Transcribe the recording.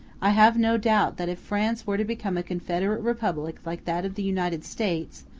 i have no doubt that if france were to become a confederate republic like that of the united states,